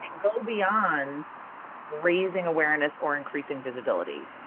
go beyond raising awareness or increasing visibility.